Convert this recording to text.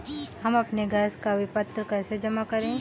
हम अपने गैस का विपत्र कैसे जमा करें?